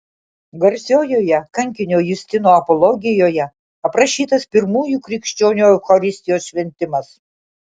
garsiojoje kankinio justino apologijoje aprašytas pirmųjų krikščionių eucharistijos šventimas